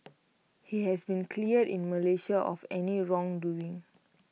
he has been cleared in Malaysia of any wrongdoing